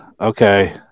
okay